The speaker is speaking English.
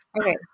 Okay